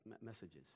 messages